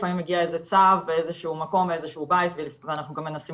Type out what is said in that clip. לפעמים מגיע איזה צו באיזה שהוא מקום לאיזה שהוא בית ואנחנו גם מנסים